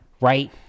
right